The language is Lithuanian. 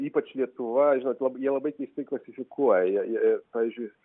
ypač lietuva žinot labai jie labai keistai klasifikuoja jie jie pavyzdžiui